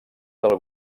del